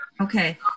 Okay